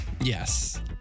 Yes